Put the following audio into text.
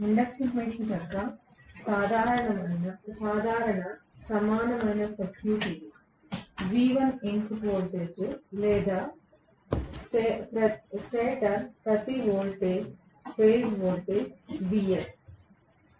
induction machine యొక్క సాధారణ సమానమైన సర్క్యూట్ ఇది V1 ఇన్పుట్ వోల్టేజ్ లేదా స్టేటర్ ప్రతి ఫేజ్ వోల్టేజ్ Vs